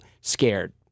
scared